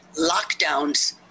lockdowns